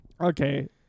Okay